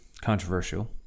controversial